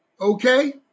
Okay